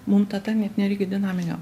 mum tada net nereikia dinaminio